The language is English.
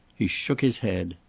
he shook his head.